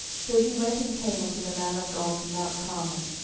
so she went and came unto the man of god to mount carmel.